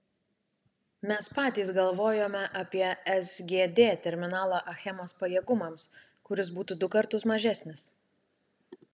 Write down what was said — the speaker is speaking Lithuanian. mes patys galvojome apie sgd terminalą achemos pajėgumams kuris būtų du kartus mažesnis